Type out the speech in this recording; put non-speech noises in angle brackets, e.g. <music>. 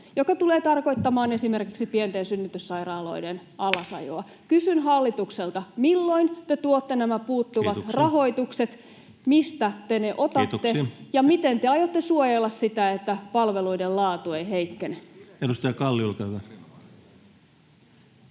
mikä tulee tarkoittamaan esimerkiksi pienten synnytyssairaaloiden alasajoa. <noise> Kysyn hallitukselta: milloin te tuotte nämä puuttuvat rahoitukset, [Puhemies: Kiitoksia!] mistä te ne otatte, ja miten te aiotte suojella sitä, että palveluiden laatu ei heikkene? [Speech 64] Speaker: